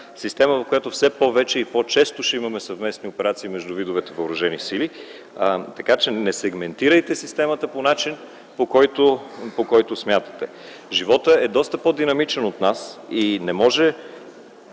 система, в която все повече и по-често ще има съвместни операции между видовете въоръжени сили. Не сегментирайте системата по начина, по който смятате! Животът е доста по-динамичен от нас. Не може